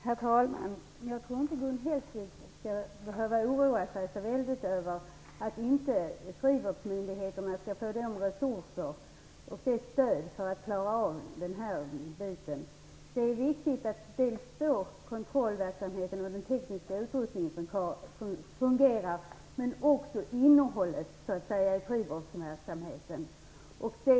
Herr talman! Jag tror inte att Gun Hellsvik behöver oroa sig så väldigt över att frivårdsmyndigheterna inte skall få resurser och stöd för att klara av den här verksamheten. Det är viktigt att kontrollverksamheten och den tekniska utrustningen fungerar. Men innehållet i frivårdsverksamheten är också viktigt.